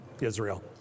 Israel